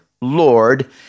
Lord